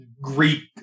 Greek